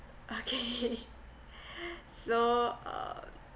okay so uh